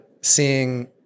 seeing